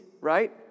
right